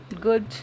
good